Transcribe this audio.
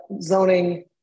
zoning